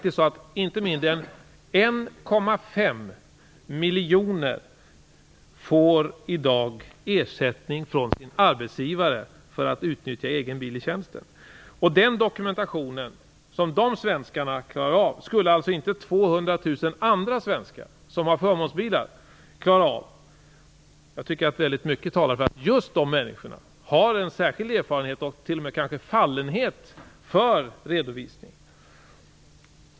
Inte mindre än 1,5 miljoner personer får i dag faktiskt ersättning från sina arbetsgivare för att utnyttja egen bil i tjänst. Den dokumentation som de svenskarna klarar av skulle alltså inte 200 000 andra svenskar som har förmånsbilar klara av. Jag tycker att väldigt mycket i stället talar för att just de människorna har särskild erfarenhet av, och kanske t.o.m. fallenhet för, redovisning.